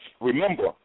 Remember